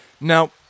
Now